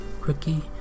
Rookie